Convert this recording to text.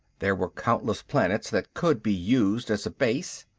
there were countless planets that could be used as a base.